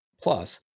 plus